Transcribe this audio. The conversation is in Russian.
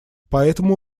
поэтому